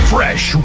Fresh